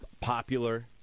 popular